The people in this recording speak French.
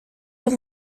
rend